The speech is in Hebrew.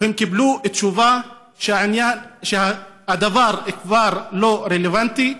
הם קיבלו תשובה שהדבר כבר לא רלוונטי.